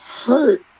hurt